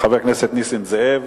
חבר הכנסת נסים זאב,